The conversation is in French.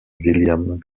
william